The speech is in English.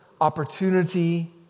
opportunity